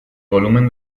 volumen